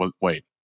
Wait